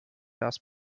das